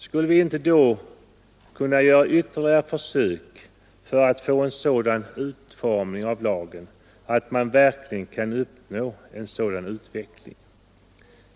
Skulle vi då inte kunna göra ytterligare försök för att få en utformning av lagen som verkligen överensstämmer med detta?